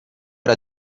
era